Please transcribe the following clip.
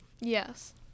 Yes